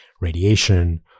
radiation